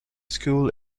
school